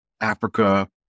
Africa